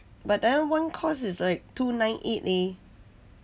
but that one course is like two nine eight leh